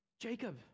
Jacob